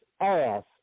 ass